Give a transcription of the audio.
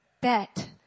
bet